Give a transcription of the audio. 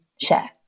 share